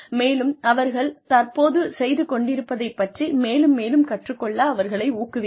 மேலும் அவர்கள் தற்போது செய்து கொண்டிருப்பதைப் பற்றி மேலும் மேலும் கற்றுக்கொள்ள அவர்களை ஊக்குவிக்கவும்